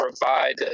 provide